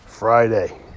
Friday